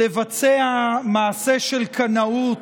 לבצע מעשה של קנאות,